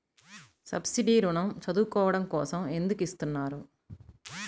Subsidy ఋణం చదువుకోవడం కోసం ఎందుకు ఇస్తున్నారు?